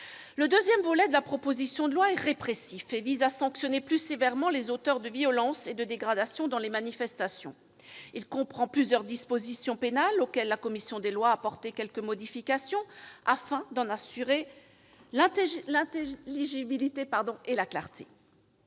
Le deuxième volet de la proposition de loi est répressif et vise à sanctionner plus sévèrement les auteurs de violences et de dégradations dans les manifestations. Il comprend plusieurs dispositions pénales, auxquelles la commission des lois a apporté quelques modifications pour en assurer l'intelligibilité et la clarté.